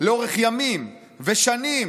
לאורך ימים ושנים,